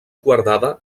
guardada